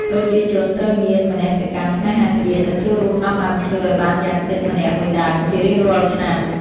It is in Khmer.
ប្រជាជនត្រូវមានមនសិការស្នេហាជាតិ និងចូលរួមដាំដើមឈើឱ្យបានយ៉ាងតិចម្នាក់មួយដើមជារៀងរាល់ឆ្នាំ។